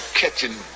catching